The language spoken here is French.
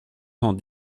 cent